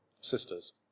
sisters